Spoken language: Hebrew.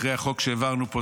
אחרי החוק שהעברנו פה,